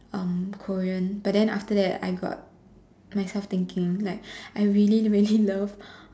um Korean but then after that I got myself thinking like I really really love